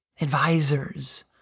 advisors